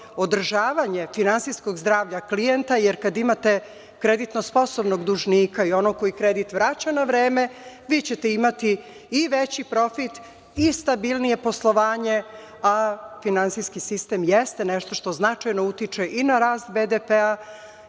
održavanje finansijskog zdravlja klijenta, jer kada imate kreditno sposobnog dužnika i onog koji kredit vraća na vreme, vi ćete imati i veći profit i stabilnije poslovanje, a finansijski sistem jeste nešto što značajno utiče i na rast BDP